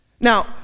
Now